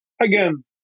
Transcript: again